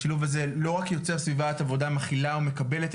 השילוב הזה לא רק יוצר סביבת עבודה מכילה ומקבלת,